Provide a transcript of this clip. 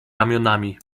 ramionami